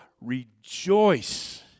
rejoice